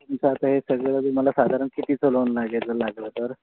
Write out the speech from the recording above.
तुमचं आता हे सगळं तुम्हाला साधारण कितीचं लोन लागेल जर लागलं तर